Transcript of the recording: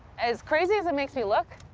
as crazy as it makes me look,